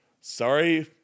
sorry